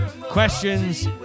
questions